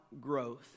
growth